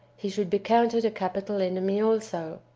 he should be counted a capital enemy also.